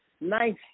nice